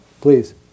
Please